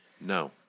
No